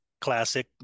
classic